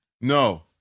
No